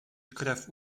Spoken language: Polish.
krew